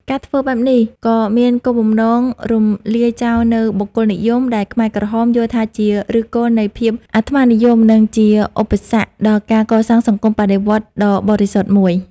ការធ្វើបែបនេះ ក៏មានគោលដៅរំលាយចោលនូវ បុគ្គលនិយម ដែលខ្មែរក្រហមយល់ថាជាឫសគល់នៃភាពអាត្មានិយម និងជាឧបសគ្គដល់ការកសាងសង្គមបដិវត្តន៍ដ៏បរិសុទ្ធមួយ។